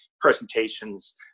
presentations